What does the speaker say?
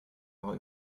war